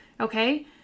okay